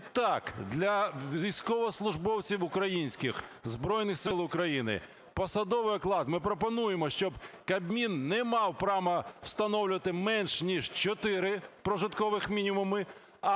Відтак для військовослужбовців українських Збройних Сил України посадовий оклад ми пропонуємо, щоб Кабмін не мав права встановлювати менш ніж чотири прожиткових мінімуми,